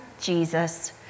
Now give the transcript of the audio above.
Jesus